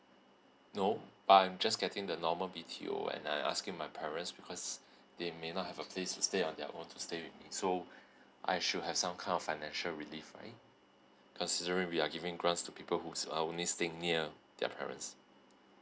no I'm just getting the normal B_T_O and I asking my parents because they may not have a place to stay on their own to stay with me so I should have some kind of financial relief right considering we are giving grants to people who's are only staying near their parents